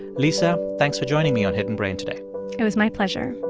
lisa, thanks for joining me on hidden brain today it was my pleasure